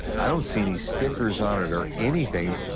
i don't see any stickers on it or anything.